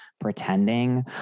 pretending